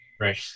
right